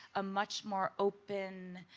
a much more open.